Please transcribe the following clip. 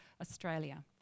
Australia